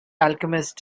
alchemist